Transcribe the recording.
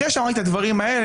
אחרי שאמרתי את הדברים האלה,